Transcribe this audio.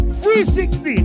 360